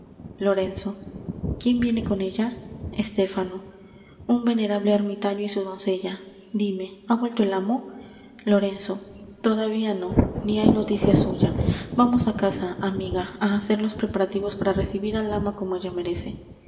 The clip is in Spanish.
lorenzo quién viene con ella estéfano un venerable ermitaño y su doncella dime ha vuelto el amo lorenzo todavía no ni hay noticia suya vamos á casa amiga á hacer los preparativos para recibir al ama como ella merece